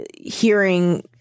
hearing